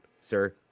sir